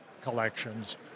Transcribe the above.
collections